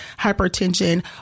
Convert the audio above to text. hypertension